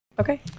Okay